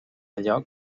allò